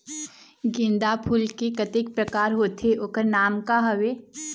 गेंदा फूल के कतेक प्रकार होथे ओकर नाम का हवे?